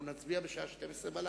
אנחנו נצביע בשעה 24:00